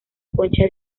concha